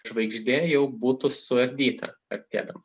žvaigždė jau būtų suardyta artėdama